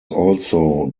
also